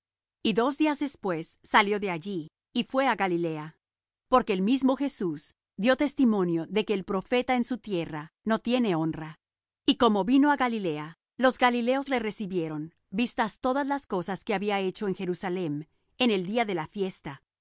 y dos días después salió de allí y fuése á galilea porque el mismo jesús dió testimonio de que el profeta en su tierra no tiene honra y como vino á galilea los galileos le recibieron vistas todas las cosas que había hecho en jerusalem en el día de la fiesta